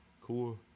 cool